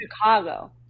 chicago